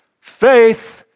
faith